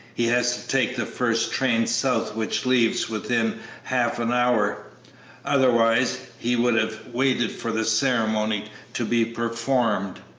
he has to take the first train south which leaves within half an hour otherwise, he would have waited for the ceremony to be performed.